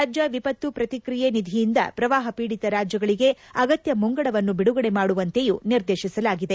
ರಾಜ್ಯ ವಿಪತ್ತು ಪ್ರತಿಕ್ರಿಯೆ ನಿಧಿಯಿಂದ ಪ್ರವಾಹ ಪೀಡಿತ ರಾಜ್ಯಗಳಿಗೆ ಅಗತ್ಯ ಮುಂಗಡವನ್ನು ಬಿದುಗಡೆ ಮಾಡುವಂತೆಯೂ ನಿರ್ದೇಶಿಸಲಾಗಿದೆ